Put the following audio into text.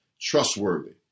trustworthy